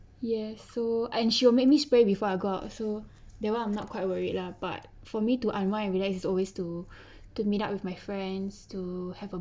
yes so and she will make me spray before I go out so that [one] I'm not quite worried lah but for me to unwind and relax is always to to meet up with my friends to have a